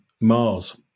Mars